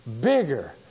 bigger